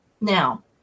now